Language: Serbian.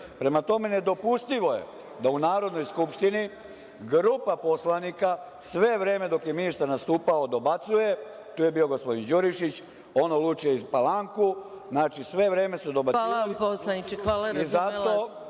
Prema tome, nedopustivo je da u Narodnoj skupštini grupa poslanika sve vreme dok je ministar nastupao dobacuje, to je bio gospodin Đurišić, ono luče iz Palanku. Znači, sve vreme su dobacivali. **Maja Gojković** Hvala poslaniče.